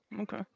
Okay